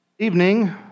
evening